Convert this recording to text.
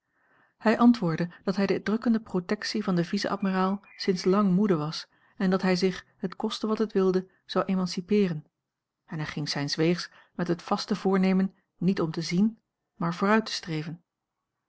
hij antwoordde dat hij de drukkende protectie van den vice-admiraal sinds lang moede was en dat hij zich het kostte wat het wilde zou emancipeeren en hij ging zijns weegs met het vaste voornemen niet om te zien maar vooruit te streven